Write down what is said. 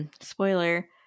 Spoiler